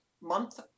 month